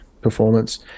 performance